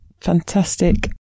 fantastic